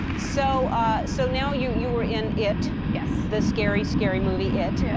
so ah so now, you you were in it yes. the scary, scary movie, it. yeah.